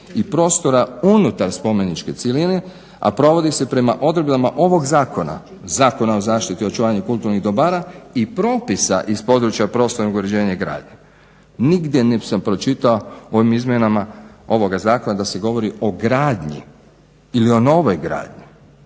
i prostora unutar spomeničke cjeline, a provodi se prema odredbama ovog zakona, Zakona o zaštiti očuvanja i kulturnih dobara i propisa iz područja prostornog uređenja i gradnje. Nigdje nisam pročitao o ovim izmjenama ovoga zakona da se govori o gradnji ili o novoj gradnji,